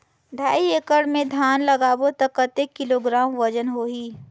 ढाई एकड़ मे धान लगाबो त कतेक किलोग्राम वजन होही?